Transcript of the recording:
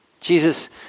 Jesus